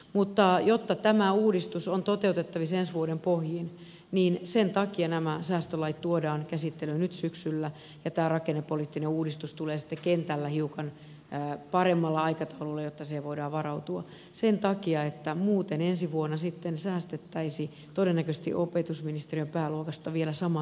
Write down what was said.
mutta jotta tämä uudistus on toteutettavissa ensi vuoden pohjiin sen takia nämä säästölait tuodaan käsittelyyn nyt syksyllä ja tämä rakennepoliittinen uudistus tulee sitten kentällä hiukan paremmalla aikataululla jotta siihen voidaan varautua sen takia että muuten ensi vuonna säästettäisiin todennäköisesti opetusministeriön pääluokasta vielä sama summa lisää